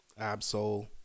Absol